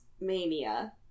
mania